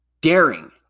daring